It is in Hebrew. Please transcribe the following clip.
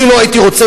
אני לא הייתי רוצה,